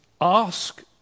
ask